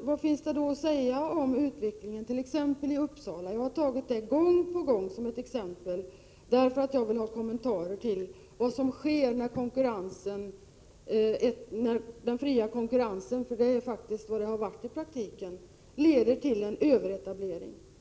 Vad finns det då, Olle Östrand, att säga om utvecklingen t.ex. i Uppsala? Jag har gång på gång tagit Uppsala som exempel därför att jag vill ha kommentarer till vad som sker när den fria konkurrensen — som det faktiskt varit fråga om i praktiken — leder till en överetablering.